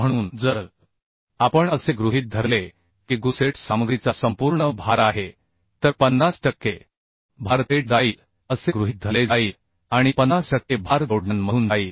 म्हणून जर आपण असे गृहीत धरले की गुसेट सामग्रीचा संपूर्ण भार आहे तर 50 टक्के भार थेट जाईल असे गृहीत धरले जाईल आणि 50 टक्के भार जोडण्यांमधून जाईल